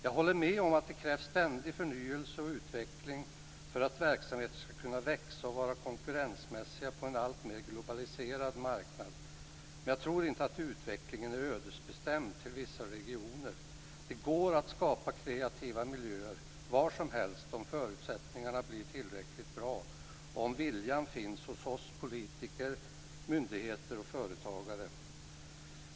Jag håller med om att det krävs ständig förnyelse och utveckling för att verksamheter ska kunna växa och vara konkurrensmässiga på en alltmer globaliserad marknad. Men jag tror inte att utvecklingen är ödesbestämd till vissa regioner. Det går att skapa kreativa miljöer var som helst om förutsättningarna blir tillräckligt bra, om viljan finns hos oss politiker, myndigheter och företagare.